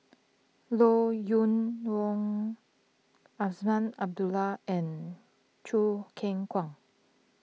Loo you Yong Azman Abdullah and Choo Keng Kwang